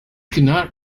cannot